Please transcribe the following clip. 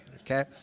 okay